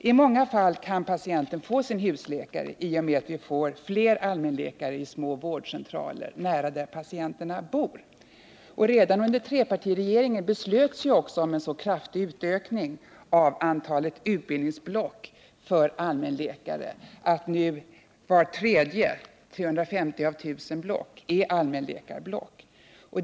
I många fall kan patienten få sin husläkare i och med att vi får fler allmänläkare i små vårdcentraler nära patientens bostad. Redan under trepartiregeringens tid beslöts också om en så kraftig utökning av antalet utbildningsblock för allmänläkare att vart tredje block nu är allmänläkarblock, dvs. 350 av 1 000 block.